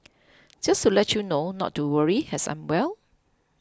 just to let you know not to worry as I'm well